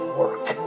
work